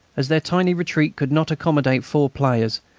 as their tiny retreat could not accommodate four players,